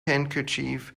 handkerchief